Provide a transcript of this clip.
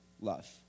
love